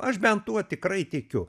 aš bent tuo tikrai tikiu